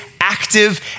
active